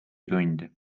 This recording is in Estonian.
tundi